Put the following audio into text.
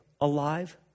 alive